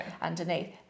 underneath